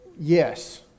Yes